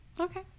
Okay